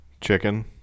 Chicken